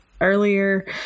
earlier